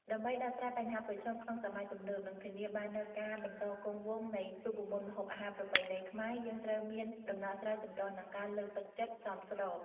ដើម្បីដោះស្រាយបញ្ហាប្រឈមក្នុងសម័យទំនើប និងធានាបាននូវការបន្តគង់វង្សនៃរូបមន្តម្ហូបអាហារប្រពៃណីខ្មែរ យើងត្រូវមានដំណោះស្រាយចម្រុះ និងការលើកទឹកចិត្តសមស្រប។